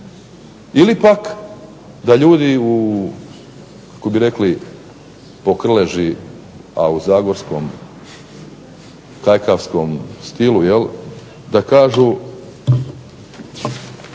ili pak da ljudi u kako bi rekli po Krleži a u zagorskom, kajkavskom stilu, jel' da kažu